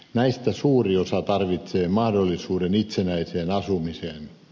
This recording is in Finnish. näistä suuri osa tarvitsee mahdollisuuden itsenäiseen asumiseen